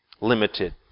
limited